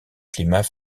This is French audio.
climat